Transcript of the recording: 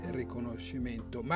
riconoscimento